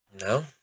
No